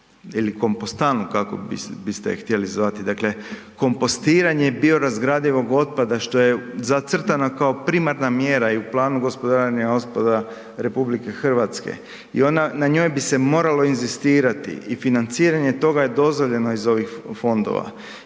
ili kompostanu kako biste je htjeli zvati, dakle kompostiranje biorazgradivog otpada što je zacrtana kao primarna mjera i u Planu gospodarenje otpada RH i na njoj bi se moralo inzistirati i financiranje toga je dozvoljeno iz ovih fondova.